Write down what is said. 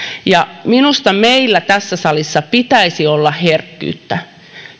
minusta meillä tässä salissa pitäisi olla herkkyyttä